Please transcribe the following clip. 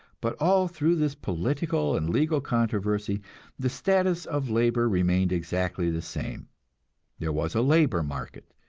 but all through this political and legal controversy the status of labor remained exactly the same there was a labor market,